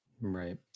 Right